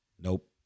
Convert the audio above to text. Nope